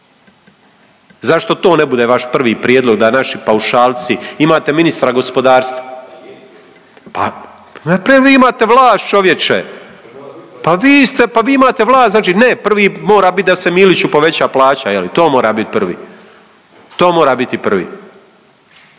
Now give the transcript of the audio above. Zašto to ne bude vaš prvi prijedlog da naši paušalci, imate ministra gospodarstva, pa, .../Govornik se ne razumije./... imate vlast, čovječe. Pa vi ste, pa vi imate vlast, znači ne, prvi mora bit da se Miliću poveća plaća, je li, to mora bit prvi? To mora biti prvi.